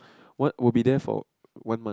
what would be there for one month